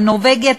בנורבגיה,